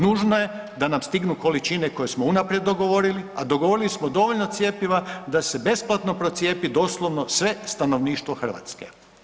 Nužno je da nam stignu količine koje smo unaprijed dogovorili a dogovorili smo dovoljno cjepiva da se besplatno procijepi doslovno svo stanovništvo Hrvatske.